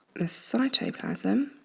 the cytoplasm